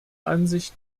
ansicht